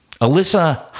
Alyssa